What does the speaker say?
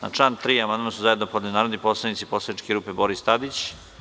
Na član 3. amandman su zajedno podneli narodni poslanici poslaničke grupe Boris Tadić.